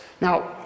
Now